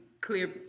clear